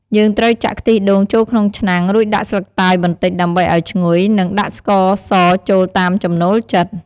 យើងត្រូវចាក់ខ្ទិះដូងចូលក្នុងឆ្នាំង រួចដាក់ស្លឹកតើយបន្តិចដើម្បីឱ្យឈ្ងុយ និងដាក់ស្ករសចូលតាមចំណូលចិត្ត។